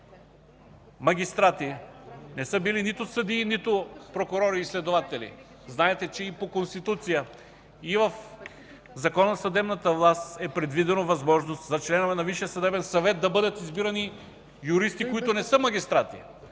магистрати – не са били нито съдии, нито прокурори и следователи? Знаете, че по Конституция и в Закона за съдебната власт е предвидена възможност за членове на Висшия съдебен съвет да бъдат избирани юристи, които не са магистрати,